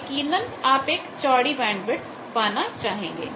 यकीनन आप एक चौड़ी बैंडविथ पाना चाहेंगे